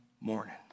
morning